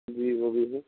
جی وہ بھی ہے